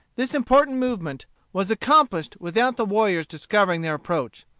this important movement was accomplished without the warriors discovering their approach.